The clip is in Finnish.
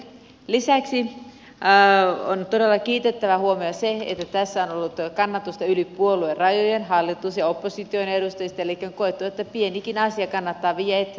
lisäksi on todella kiitettävä huomio se että tässä on ollut kannatusta yli puoluerajojen hallituksen ja opposition edustajilta elikkä on koettu että pienikin asia kannattaa viedä eteenpäin